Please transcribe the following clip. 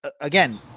again